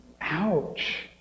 Ouch